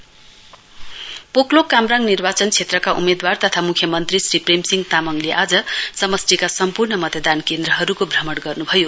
SKM Poklok Kamrang निर्वाचन क्षेत्रका उम्मेद्वार तथा मुख्यमन्त्री श्री प्रेमसिंह तामाङले आज समष्टिका सम्पूर्ण मतदान केन्द्रहरूको भ्रमण गर्नुभयो